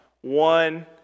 one